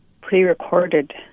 pre-recorded